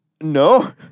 No